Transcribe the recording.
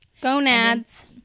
Gonads